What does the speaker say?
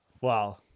Wow